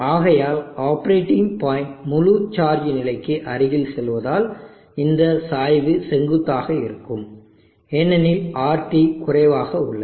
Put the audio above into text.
ஆகையால் operating point முழு charge நிலைக்கு அருகில் செல்வதால் இந்த சாய்வு செங்குத்தாக இருக்கும் ஏனெனில் RT குறைவாக உள்ளது